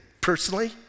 personally